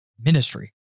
ministry